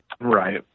right